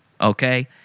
okay